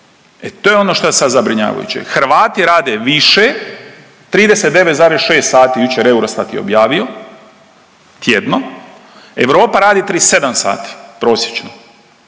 E to je ono šta je sad zabrinjavajuće. Hrvati rade više 39,6 sati jučer Eurostat je objavio tjedno, Europa radi 37 sati prosječno.